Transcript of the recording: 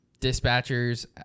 dispatchers